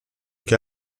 che